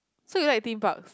so you like theme parks